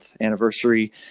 anniversary